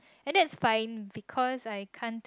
and that's fine because I can't